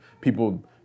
People